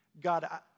God